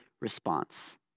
response